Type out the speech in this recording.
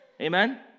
Amen